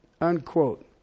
Unquote